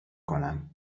کنم